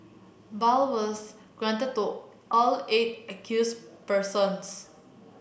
bail was granted to all eight accused persons